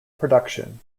production